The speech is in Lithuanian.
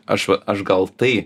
aš va aš gal tai